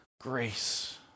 grace